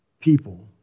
people